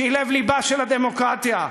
שהיא לב-לבה של הדמוקרטיה.